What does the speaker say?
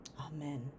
amen